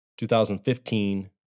2015